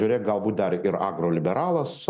žiūrėk galbūt dar ir agroliberalas